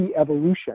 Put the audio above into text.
evolution